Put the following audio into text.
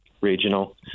regional